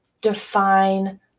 define